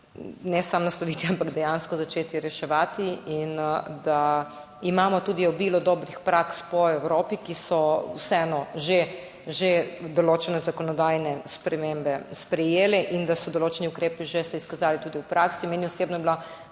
ne samo nasloviti, ampak dejansko začeti reševati, in da imamo tudi obilo dobrih praks po Evropi, kjer so vseeno že sprejeli določene zakonodajne spremembe in da so se določeni ukrepi že izkazali tudi v praksi. Meni osebno je bil